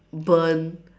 burnt